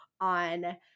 on